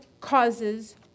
causes